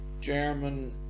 German